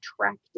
attractive